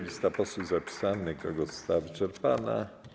Lista posłów zapisanych do głosu została wyczerpana.